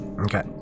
Okay